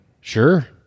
Sure